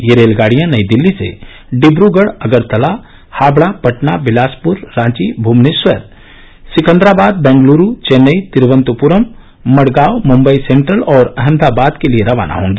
ये रेलगाडियां नई दिल्ली से डिक्रूगढ़ अगरतला हावडा पटना बिलासपुर रांची भुबनेश्वर सिकंदराबाद बेंगलुरू चेन्नई तिरूवनंतपुरम मडगांव मुंबई सेंट्रल और अहमदाबाद के लिए रवाना होगी